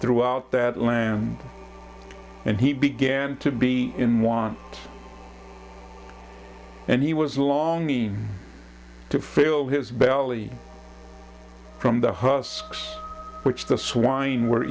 throughout that land and he began to be in want and he was long mean to fill his belly from the husks which the swine were